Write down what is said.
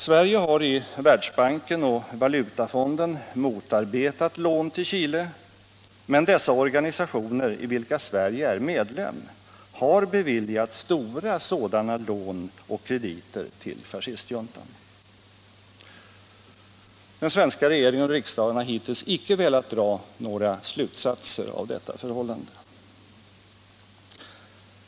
Sverige har i Världsbanken och Valutafonden motarbetat lån till Chile, men dessa organisationer, i vilka Sverige är medlem, har beviljat stora sådana lån och krediter till fascistjuntan. Den svenska regeringen och riksdagen har hittills icke velat dra några slutsatser av detta förhållande.